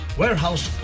warehouse